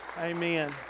Amen